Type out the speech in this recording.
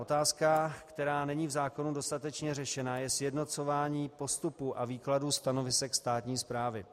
Otázka, která není v zákonu dostatečně řešena, je sjednocování postupů a výkladů stanovisek státní správy.